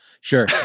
sure